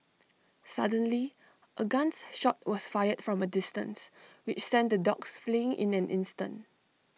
suddenly A guns shot was fired from A distance which sent the dogs fleeing in an instant